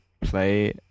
play